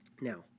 Now